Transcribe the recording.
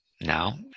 now